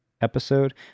episode